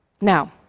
Now